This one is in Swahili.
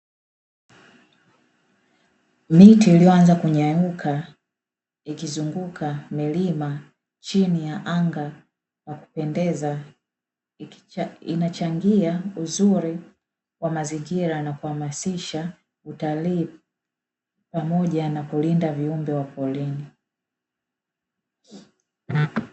Miti iliyo anza kunyauka ikizunguka milima chini ya anga la pendeza, ikichangia uzuri wa mazingira na kuhamasisha utalii pamoja na kulinda viumbe waporini.